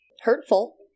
hurtful